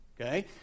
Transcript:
okay